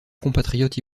compatriote